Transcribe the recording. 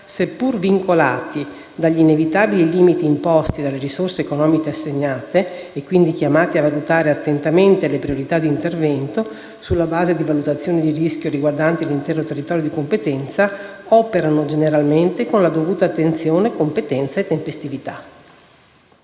seppur vincolati dagli inevitabili limiti imposti dalle risorse economiche assegnate, e quindi chiamati a valutare attentamente le priorità di intervento, sulla base di valutazioni del rischio riguardanti l'intero territorio di competenza, operano generalmente con la dovuta attenzione, competenza e tempestività.